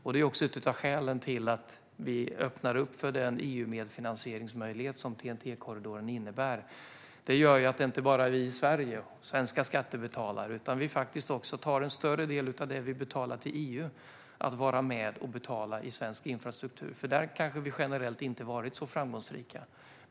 Detta är också ett av skälen till att vi öppnar för den EU-medfinansieringsmöjlighet som TEN-T-korridoren innebär. Detta gör att det inte bara är vi svenska skattebetalare som är med och betalar för svensk infrastruktur, utan vi tar också en större del av det vi betalar till EU. Där har vi generellt kanske inte varit så framgångsrika.